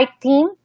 theme